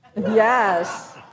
Yes